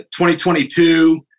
2022